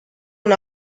una